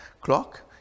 clock